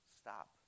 Stop